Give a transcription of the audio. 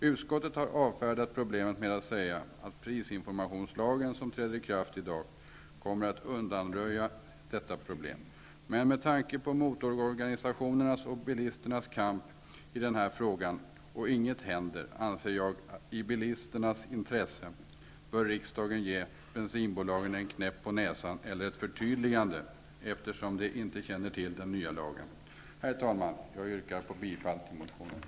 Utskottet har avfärdat problemet med att säga att prisinformationslagen, som träder i kraft i dag, kommer att undanröja detta problem. Men med tanke på motororganisationers och bilisternas kamp i den här frågan och att ingenting händer anser jag att riksdagen i bilisternas intresse bör ge bensinbolagen en knäpp på näsan eller ett förtydligande, eftersom de inte känner till den nya lagen. Herr talman! Jag yrkar bifall till motionen.